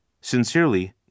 Sincerely